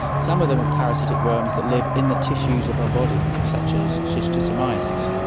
some of them are parasitic worms that live in the tissues of our body such as schistosomiasis,